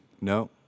No